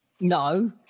No